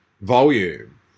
volume